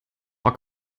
der